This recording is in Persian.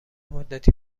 مدتی